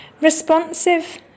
Responsive